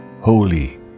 Holy